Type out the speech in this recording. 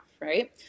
right